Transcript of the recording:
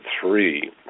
three